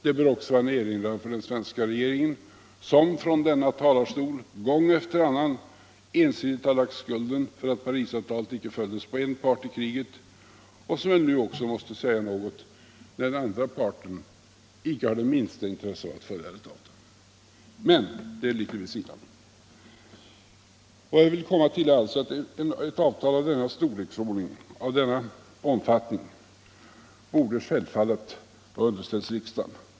Detta bör också vara en erinran för den svenska regeringen, som från denna talarstol gång efter annan ensidigt har lagt skulden för att Parisavtalet icke följdes på en part i kriget och som väl nu också måste säga något, när den andra parten visat sig icke ha det minsta intresse av att följa detta avtal. — Men detta var litet vid sidan om biståndsverksamheten. Vad jag vill komma till är att ett avtal av denna storleksordning och omfattning självfallet borde ha underställts riksdagen.